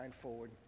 forward